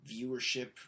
viewership